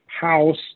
house